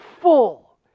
full